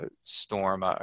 storm